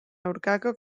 aurkako